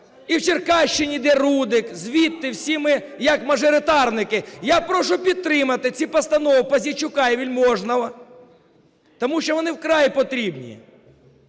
і в Черкащині, де Рудик, звідти всі ми, як мажоритарники. Я прошу підтримати ці постанови Пузійчука і Вельможного, тому що вони вкрай потрібні.